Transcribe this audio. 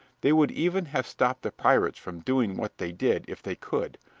they would even have stopped the pirates from doing what they did if they could,